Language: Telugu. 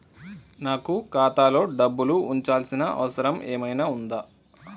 నాకు ఖాతాలో డబ్బులు ఉంచాల్సిన అవసరం ఏమన్నా ఉందా?